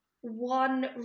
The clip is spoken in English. one